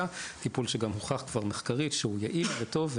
טיפול שגם כבר הוכח מחקרית שהוא יעיל וטוב,